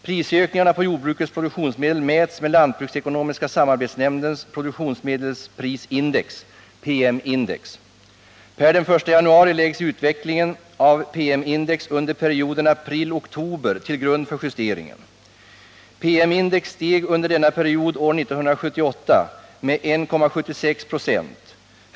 Prisökningar på jordbrukets produktionsmedel mäts med lantbruksekonomiska samarbetsnämndens produktionsmedelsprisindex . Per den 1 januari läggs utvecklingen av PM-index under perioden april-oktober till grund för justeringen. PM-index steg under denna period år 1978 med 1,76 26.